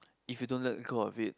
if you don't let go of it